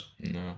No